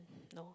no